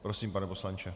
Prosím, pane poslanče.